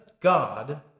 God